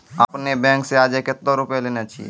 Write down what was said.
आपने ने बैंक से आजे कतो रुपिया लेने छियि?